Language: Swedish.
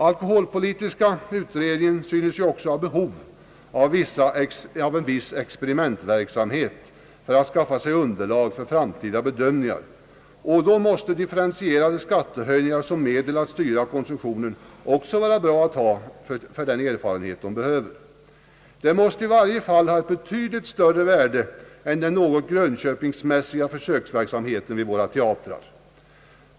Alkoholpolitiska utredningen synes ju också ha behov av viss experimentverksamhet för att skaffa sig underlag för framtida bedömningar, och då måste differentierade skattehöjningar som medel att styra konsumtionen vara bra att ha som erfarenhet. Det måste i varje fall ha ett betydligt större värde än den något grönköpingsmässiga försöksverksamheten vid våra teatrar.